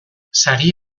sari